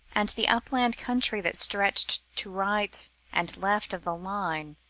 and the upland country that stretched to right and left of the line,